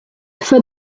for